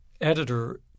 editor